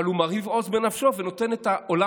אבל הוא מרהיב עוז בנפשו ונותן את עולם